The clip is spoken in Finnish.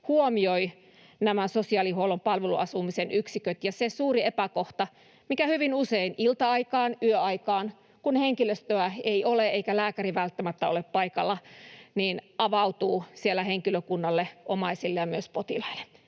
huomioi nämä sosiaalihuollon palveluasumisen yksiköt, ja se suuri epäkohta, mikä hyvin usein ilta-aikaan, yöaikaan, kun henkilöstöä ei ole eikä lääkäri välttämättä ole paikalla, korjautuu siellä henkilökunnalle, omaisille ja myös potilaille.